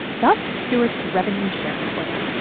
thus, stewart's revenue sharing plan.